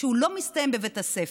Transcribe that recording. שלא מסתיים בבית הספר.